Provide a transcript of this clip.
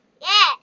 Yes